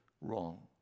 wrong